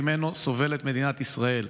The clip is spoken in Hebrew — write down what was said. שממנו סובלת מדינת ישראל.